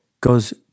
goes